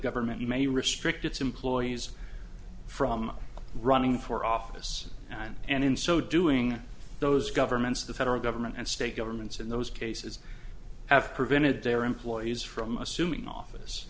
government may restrict its employees from running for office and and in so doing those governments the federal government and state governments in those cases have prevented their employees from assuming office